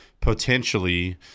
potentially